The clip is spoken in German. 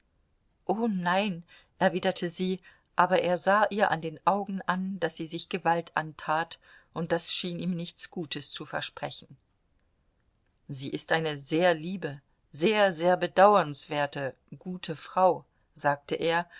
o nein erwiderte sie aber er sah ihr an den augen an daß sie sich gewalt antat und das schien ihm nichts gutes zu versprechen sie ist eine sehr liebe sehr sehr bedauernswerte gute frau sagte er